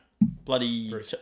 Bloody